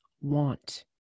want